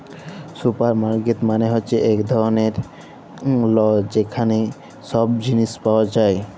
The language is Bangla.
সুপারমার্কেট মালে হ্যচ্যে এক ধরলের ল যেখালে সব জিলিস পাওয়া যায়